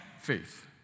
faith